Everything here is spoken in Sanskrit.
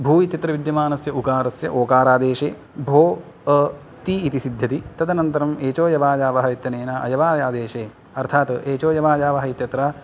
भू इत्यत्र विद्यमानस्य उकारस्य ओकारादेशे भो अ ति इति सिद्ध्यति तदनन्तरम् एचोयवायावः इत्यनेन अयवायादेशे अर्थात् एचोयवायावः इत्यत्र